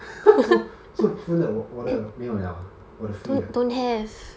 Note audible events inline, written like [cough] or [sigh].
[laughs] so so 真的我的没有了啊我的 free 的